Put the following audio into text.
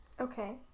Okay